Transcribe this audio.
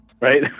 Right